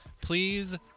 please